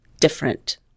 different